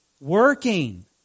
working